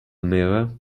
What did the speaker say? mirror